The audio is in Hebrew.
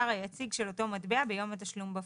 לפי השער היציג של אותו מטבע ביום התשלום בפועל.